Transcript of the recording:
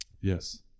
Yes